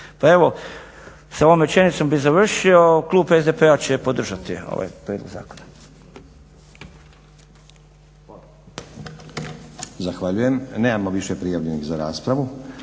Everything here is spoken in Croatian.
Pa evo s ovom rečenicom bih završio, klub SDP-a će podržati ovaj prijedlog zakona. **Stazić, Nenad (SDP)** Zahvaljujem. Nemamo više prijavljenih za raspravu.